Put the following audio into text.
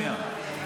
שנייה.